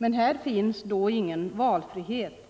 Här finns då ingen valfrihet.